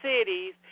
cities